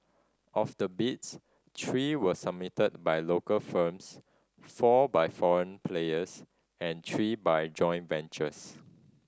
of the bids three were submitted by local firms four by foreign players and three by joint ventures